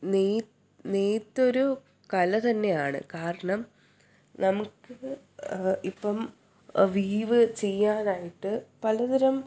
നെയ്ത് നെയ്ത്തൊരു കലതന്നെയാണ് കാരണം നമുക്ക് ഇപ്പം വീവ് ചെയ്യാനായിട്ട് പലതരം